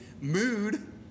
mood